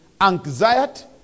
anxiety